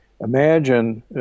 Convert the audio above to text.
imagine